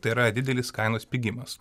tai yra didelis kainos pigimas